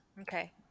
okay